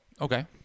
Okay